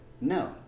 no